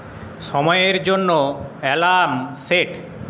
সময়ের জন্য alarm set